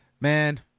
man